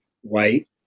white